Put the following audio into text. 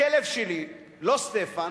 הכלב שלי, לא סטפן,